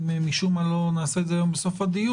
אם משום מה לא נעשה את זה היום בסוף הדיון,